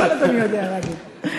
אדוני יודע להגיד.